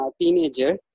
teenager